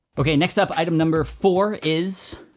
okay, next up item number four is